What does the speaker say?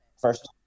first